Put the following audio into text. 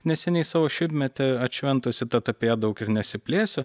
neseniai savo šimtmetį atšventusi tad apie ją daug ir nesiplėsiu